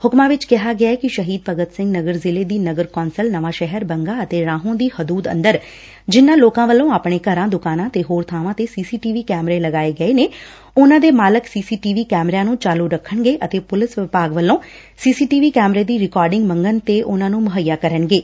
ਹੁਕਮਾ ਵਿਚ ਕਿਹਾ ਗਿਐ ਕਿ ਸ਼ਹੀਦ ਭਗਤ ਸਿੰਘ ਨਗਰ ਜ਼ਿਲ੍ਹੇ ਦੀ ਨਗਰ ਕੌਂਸਲ ਨਵਾਂ ਸ਼ਹਿਰ ਬੰਗਾ ਅਤੇ ਰਾਹੋਂ ਦੀ ਹਦੂਦ ਅੰਦਰ ਜਿਨ੍ਹਾਂ ਲੋਕਾਂ ਵੱਲੋਂ ਆਪਣੇ ਘਰਾਂ ਦੁਕਾਨਾਂ ਤੇ ਹੋਰ ਬਾਵਾਂ ਤੇ ਸੀ ਸੀ ਟੀ ਵੀ ਕੈਮਰੇ ਲਗਾਏ ਗਏ ਨੇ ਉਨਾਂ ਦੇ ਮਾਲਕ ਸੀ ਸੀ ਟੀ ਵੀ ਕੈਮਰਿਆਂ ਨੂੰ ਚਾਲੁ ਰੱਖਣਗੇ ਅਤੇ ਪੁਲਿਸ ਵਿਭਾਗ ਵੱਲੋ' ਸੀ ਸੀ ਟੀ ਵੀ ਦੀ ਰਿਕਾਡਿੰਗ ਮੰਗਣ ਤੇ ਮੁਹੱਈਆ ਕਰਨਗੇ